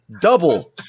double